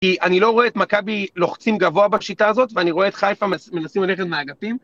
כי אני לא רואה את מכבי לוחצים גבוה בשיטה הזאת, ואני רואה את חיפה מנסים ללכת מהאגפים.